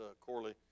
Corley